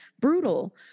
brutal